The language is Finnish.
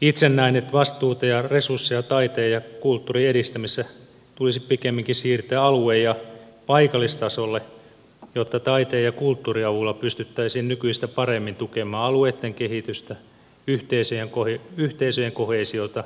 itse näen että vastuuta ja resursseja taiteen ja kulttuurin edistämisessä tulisi pikemminkin siirtää alue ja paikallistasolle jotta taiteen ja kulttuurin avulla pystyttäisiin nykyistä paremmin tukemaan alueitten kehitystä yhteisöjen koheesiota